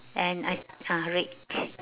and I ah red